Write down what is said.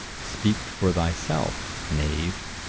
speak for thy self, knave.